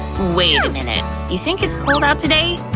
wait a minute. you think it's cold out today?